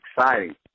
exciting